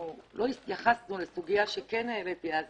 ולא התייחסנו לסוגיה שכן העליתי אז,